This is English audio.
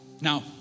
Now